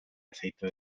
aceite